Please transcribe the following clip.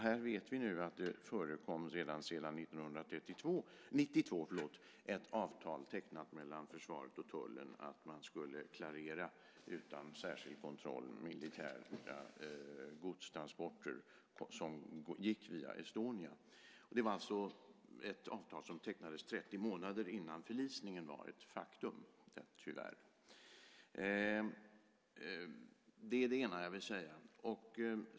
Här vet vi nu att det sedan 1992 fanns ett avtal tecknat mellan försvaret och tullen att man utan särskild kontroll skulle klarera militära godstransporter som gick via Estonia. Det var ett avtal som tecknades 30 månader innan förlisningen, tyvärr, var ett faktum. Det är det ena.